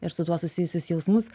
ir su tuo susijusius jausmus